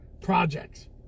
projects